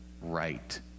right